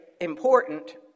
important